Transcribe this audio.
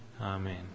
Amen